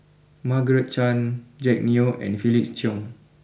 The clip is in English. Margaret Chan Jack Neo and Felix Cheong